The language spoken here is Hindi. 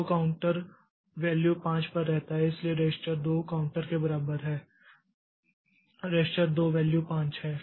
तो काउंटर वैल्यू 5 पर रहता है इसलिए रजिस्टर 2 काउंटर के बराबर है रजिस्टर 2 वैल्यू 5 है